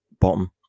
bottom